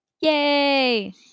Yay